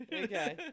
Okay